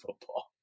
football